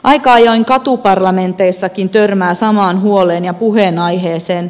aika ajoin katuparlamenteissakin törmää samaan huoleen ja puheenaiheeseen